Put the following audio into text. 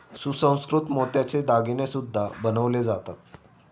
सुसंस्कृत मोत्याचे दागिने सुद्धा बनवले जातात